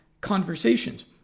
conversations